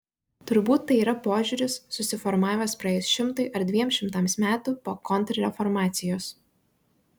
turbūt tai yra požiūris susiformavęs praėjus šimtui ar dviem šimtams metų po kontrreformacijos